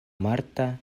marta